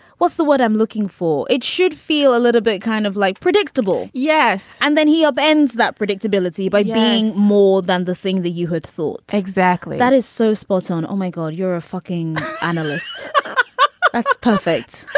what's the what i'm looking for? it should feel a little bit kind of like predictable. yes. and then he upends that predictability by being more than the thing that you had thought. exactly. that is so spot on. oh, my god, you're a fucking analyst that's perfect.